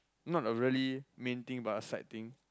not a really main thing but a side thing